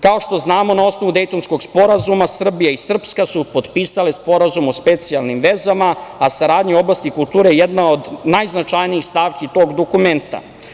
Kao što znamo na osnovu Dejtonskog sporazuma, Srbija i Srpska su potpisale Sporazum o specijalnim vezama, a saradnja u oblasti kulture je jedna od najznačajnijih stavki tog dokumenta.